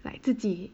like 自己